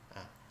ah